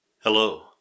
Hello